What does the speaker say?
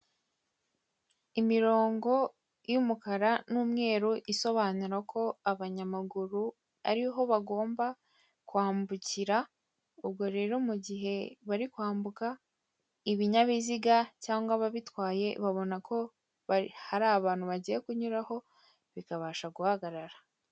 Imirongo y'umukara n'umweru isobanura ko abanyamaguru ariho bagomba kwambukira ubwo rero mugihe bari kwambuka ibinyabiziga cyangwa ababitwaye babonako hari abantu bagiye kunyuraho bikabasha guhagarara.